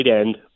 end